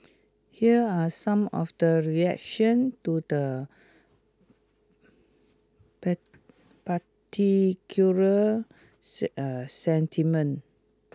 here are some of the reaction to the particular sentiment